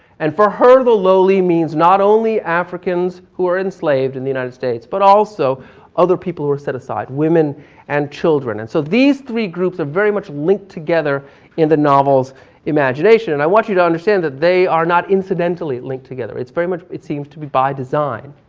and for her the lowly means not only africans who are enslaved in the united states but also other people who are set aside. women and children and so these three groups are very much linked together in the novel's imagination. and i want you to understand that they are not incidentally linked together, it's very much, it seems to be by design.